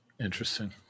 interesting